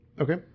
Okay